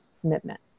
commitment